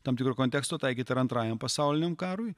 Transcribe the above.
tam tikro konteksto taikyti ar antrajam pasauliniam karui